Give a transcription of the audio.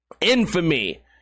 Infamy